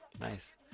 Nice